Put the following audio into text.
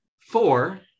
Four